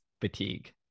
fatigue